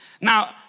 Now